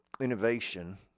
innovation